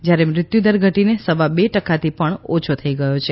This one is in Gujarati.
જ્યાર મૃત્યુદર ઘટીને સવા બે ટકાથી પણ ઓછો થઈ ગયો છે